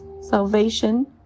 Salvation